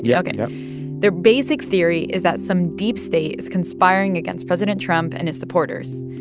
yeah ok yup their basic theory is that some deep state is conspiring against president trump and his supporters.